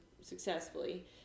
successfully